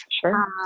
sure